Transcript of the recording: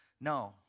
No